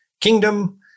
kingdom